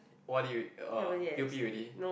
o_r_d re~ uh p_o_p already